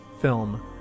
film